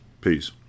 Peace